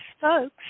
folks